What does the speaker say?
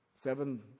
Seven